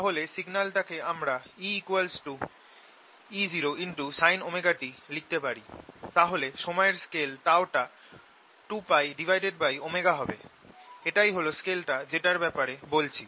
তাহলে সিগনালটাকে আমরা EE0sinωt লিখতে পারি তাহলে সময়ের স্কেল টা 2π হবে এটাই হল স্কেলটা যেটার ব্যাপারে বলছি